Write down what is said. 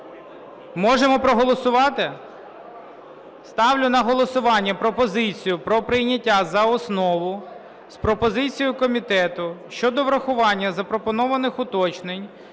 Можемо проголосувати? Ставлю на голосування пропозицію про прийняття за основу з пропозицією комітету щодо врахування запропонованих уточнень